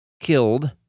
killed